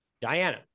Diana